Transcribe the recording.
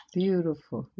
beautiful